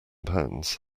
pounds